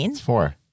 Four